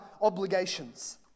obligations